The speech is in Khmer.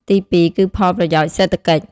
ទីពីរ គឺផលប្រយោជន៍សេដ្ឋកិច្ច។